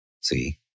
See